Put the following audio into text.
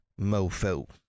mofo